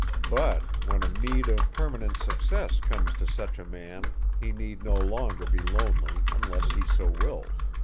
but when a meed of permanent success comes to such a man he need no longer be lonely unless he so wills.